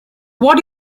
what